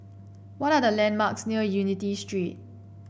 what are the landmarks near Unity Street